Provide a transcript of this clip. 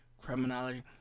Criminology